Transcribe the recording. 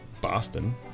Boston